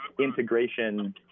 integration